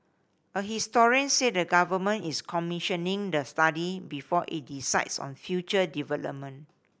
a historian said the Government is commissioning the study before it decides on future development